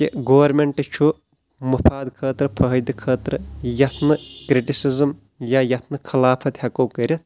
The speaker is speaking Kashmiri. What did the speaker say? کہِ گورمیٚنٹ چھُ مُفاد خٲطرٕ فٲیدٕ خٲطرٕ یتھ نہٕ کرٹِسزم یا یتھ نہٕ خلافت ہیٚکو کٔرِتھ